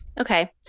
Okay